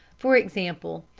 for example,